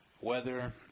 Weather